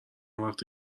وقت